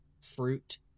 fruit